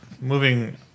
moving